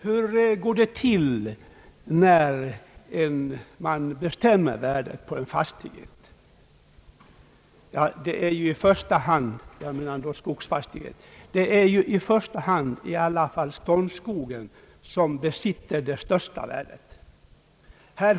Hur går det till när man bestämmer värdet på en skogsfastighet? Ja, det är i alla fall ståndskogen som besitter största värdet.